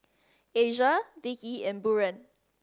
Asia Vikki and Buren